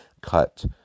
cut